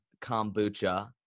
kombucha